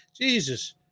jesus